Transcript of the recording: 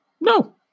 no